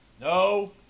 No